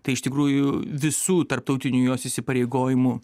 tai iš tikrųjų visų tarptautinių jos įsipareigojimų